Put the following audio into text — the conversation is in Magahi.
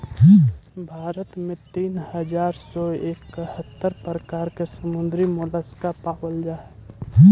भारत में तीन हज़ार तीन सौ इकहत्तर प्रकार के समुद्री मोलस्का पाबल जा हई